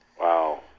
Wow